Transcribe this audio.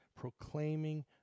proclaiming